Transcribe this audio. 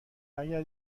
اگر